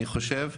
אני חושב.